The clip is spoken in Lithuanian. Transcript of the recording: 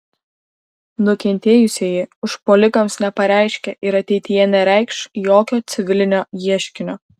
nukentėjusieji užpuolikams nepareiškė ir ateityje nereikš jokio civilinio ieškinio